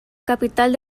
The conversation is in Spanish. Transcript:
capital